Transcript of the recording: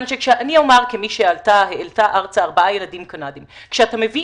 אני אומר כמי שעלתה והעלתה ארצה ארבעה ילדים קנדיים: כשאתה מביא